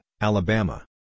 Alabama